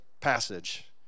passage